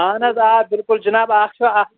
اَہَن حظ آ بِلکُل جِناب اَکھ چھَو اکھ